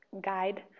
guide